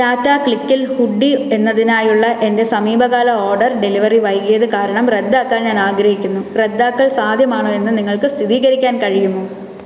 ടാറ്റ ക്ലിക്കിൽ ഹൂഡി എന്നതിനായുള്ള എന്റെ സമീപകാല ഓർഡർ ഡെലിവറി വൈകിയത് കാരണം റദ്ദാക്കാൻ ഞാൻ ആഗ്രഹിക്കുന്നു റദ്ദാക്കൽ സാധ്യമാണോ എന്ന് നിങ്ങൾക്ക് സ്ഥിതീകരിക്കാൻ കഴിയുമോ